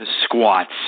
squats